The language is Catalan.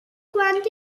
quàntics